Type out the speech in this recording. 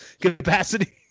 capacity